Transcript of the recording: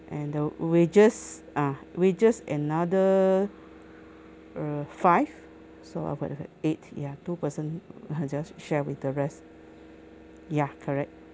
and the wedges ah wedges another uh five so I eight ya two person just share with the rest ya correct